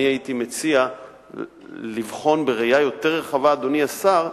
הייתי מציע לבחון בראייה יותר רחבה, אדוני השר,